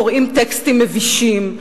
קוראים טקסטים מבישים,